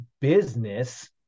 business